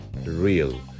real